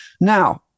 Now